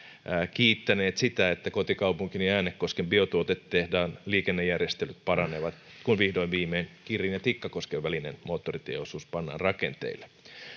kiittäneet sitä että kotikaupunkini äänekosken biotuotetehtaan liikennejärjestelyt paranevat kun vihdoin viimein kirrin ja tikkakosken välinen moottoritieosuus pannaan rakenteille